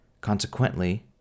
Consequently